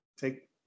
take